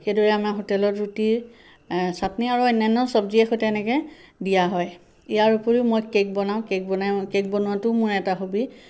সেইদৰে আমাৰ হোটেলত ৰুটি চাটনি আৰু অন্যান্য চবজিৰে সৈতে এনেকৈ দিয়া হয় ইয়াৰ উপৰিও মই কে'ক বনাওঁ কে'ক বনাই কে'ক বনোৱাটোও মোৰ এটা হবী